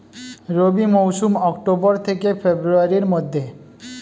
রবি মৌসুম অক্টোবর থেকে ফেব্রুয়ারির মধ্যে